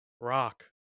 Rock